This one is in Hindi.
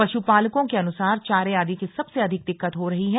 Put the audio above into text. पशुपालकों के अनुसार चारे आदि की सबसे अधिक दिक्कत हो रही है